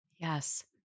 Yes